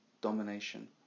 domination